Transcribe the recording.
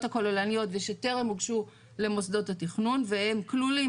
הכוללניות ושטרם הוגשו למוסדות התכנון והם כלולים